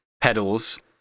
pedals